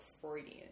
Freudian